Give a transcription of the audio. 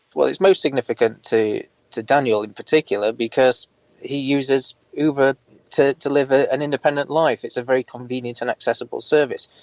well it's most significant to to daniel, in particular, because he uses uber to to live ah an independent life, it's a very convenient and accessible service.